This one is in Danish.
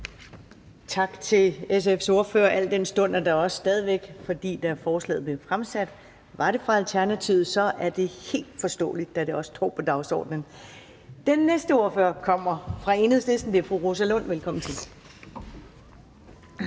Tak til SF's ordfører. Da forslaget blev fremsat, var det fra Alternativet, så det er helt forståeligt, da det også står på dagsordenen. Den næste ordfører kommer fra Enhedslisten. Det er fru Rosa Lund, velkommen til.